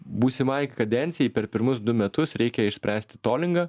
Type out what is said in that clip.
būsimai kadencijai per pirmus du metus reikia išspręsti tolingą